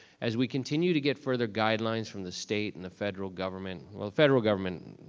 as we continue to get further guidelines from the state and the federal government. well, the federal government,